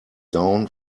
down